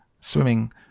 Swimming